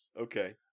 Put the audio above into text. Okay